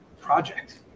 project